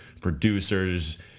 producers